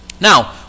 Now